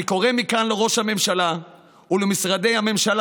אני קורא מכאן לראש הממשלה ולמשרדי הממשל